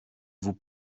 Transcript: vous